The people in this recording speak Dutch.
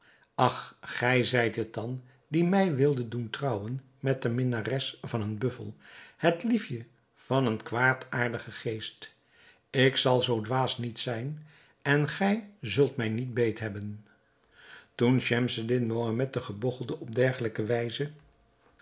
ach gij zijt het dan die mij wildet doen trouwen met de minnares van een buffel het liefje van een kwaadaardigen geest ik zal zoo dwaas niet zijn en gij zult mij niet beet hebben toen schemseddin mohammed den gebogchelde op dergelijke wijze